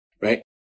right